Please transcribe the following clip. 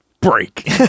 break